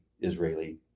Israeli